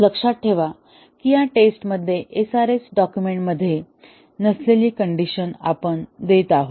लक्षात ठेवा की या टेस्ट मध्ये SRS डॉक्युमेंट मध्ये नसलेली कंडिशन आपण देत आहोत